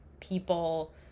people